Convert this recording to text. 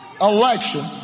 election